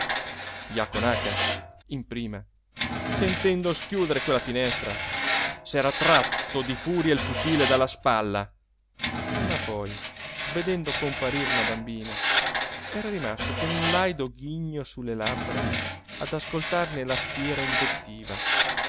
jaco naca in prima sentendo schiudere quella finestra s'era tratto di furia il fucile dalla spalla ma poi vedendo comparire una bambina era rimasto con un laido ghigno sulle labbra ad ascoltarne la fiera invettiva